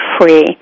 Free